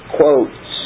quotes